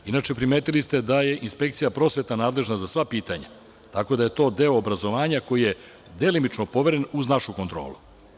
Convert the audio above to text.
Inače, primetili ste da je prosvetna inspekcija nadležna za sva pitanja, tako da je to deo obrazovanja koji je delimično poveren uz našu kontrolu.